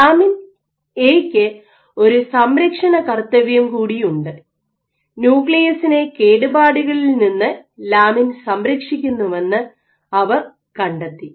lamin എക്ക് ഒരു സംരക്ഷണ കർത്തവ്യം കൂടിയുണ്ട് ന്യൂക്ലിയസിനെ കേടുപാടുകളിൽ നിന്ന് ലാമിൻ സംരക്ഷിക്കുന്നുവെന്ന് അവർ കണ്ടെത്തി